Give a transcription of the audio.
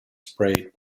sprayed